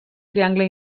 triangle